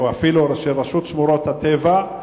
או אפילו ראשי רשות שמורות הטבע,